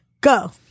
Go